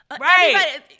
Right